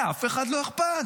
לאף אחד לא אכפת.